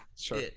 Sure